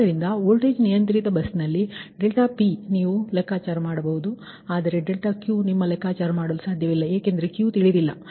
ಆದ್ದರಿಂದ ವೋಲ್ಟೇಜ್ ನಿಯಂತ್ರಿತ ಬಸ್ನಲ್ಲಿ ∆P ನೀವು ಲೆಕ್ಕಾಚಾರ ಮಾಡಬಹುದು ಆದರೆ∆Qನಿಮಗೆ ಲೆಕ್ಕಾಚಾರ ಮಾಡಲು ಸಾಧ್ಯವಿಲ್ಲ ಏಕೆಂದರೆ Q ತಿಳಿದಿಲ್ಲ